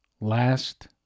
last